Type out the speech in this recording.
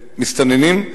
מסתננים,